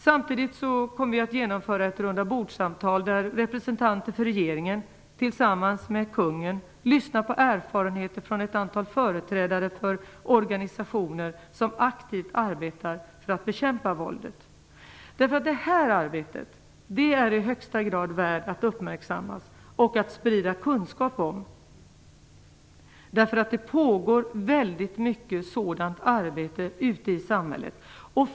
Vi kommer samtidigt att genomföra ett rundabordssamtal där representanter för regeringen tillsammans med kungen lyssnar på erfarenheter från ett antal företrädare för organisationer som aktivt arbetar för att bekämpa våldet. Det arbetet är i högsta grad värt att uppmärksammas och att sprida kunskap om. Det pågår väldigt mycket sådant arbete ute i samhället.